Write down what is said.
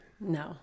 No